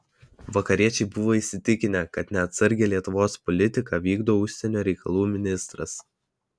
vakariečiai buvo įsitikinę kad neatsargią lietuvos politiką vykdo užsienio reikalų ministras